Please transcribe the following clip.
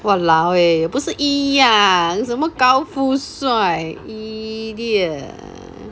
!walao! eh 不是一样什么高富帅 idiot